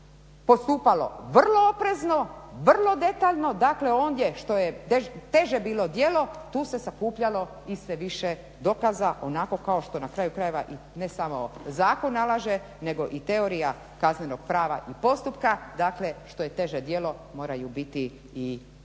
postupalo vrlo oprezno, vrlo detaljno, dakle ondje što je teže bilo djelo tu se sakupljalo i sve više dokaza onako kao što na kraju krajeva i ne samo zakon nalaže nego i teorija kaznenog prava i postupka. Dakle što je teže djelo, moraju biti i teži